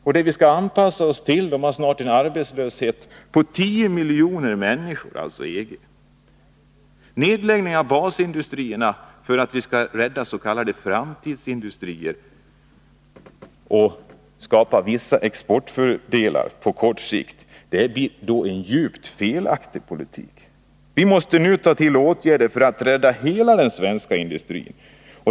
Och det vi skall anpassa oss till, EG, har snart en arbetslöshet på 10 miljoner människor. Nedläggningen av basindustrierna för att rädda s.k. framtidsindustrier och skapa vissa exportfördelar på kort sikt blir en djupt felaktig politik. Vi måste nu ta till åtgärder för att rädda hela den svenska industrin.